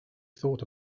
thought